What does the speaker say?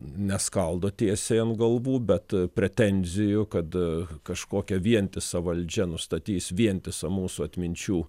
neskaldo tiesiai ant galvų bet pretenzijų kad kažkokia vientisa valdžia nustatys vientisą mūsų atminčių